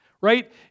right